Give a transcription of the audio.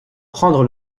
prendre